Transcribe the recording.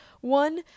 One